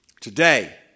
Today